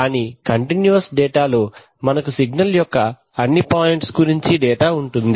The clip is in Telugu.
కానీ కంటిన్యూవస్ డేటా లో మనకు సిగ్నల్ యొక్క అన్ని పాయింట్స్ గురించి డేటా ఉంటుంది